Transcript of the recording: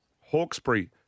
Hawkesbury